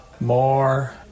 more